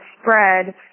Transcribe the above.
spread